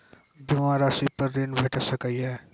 बीमा रासि पर ॠण भेट सकै ये?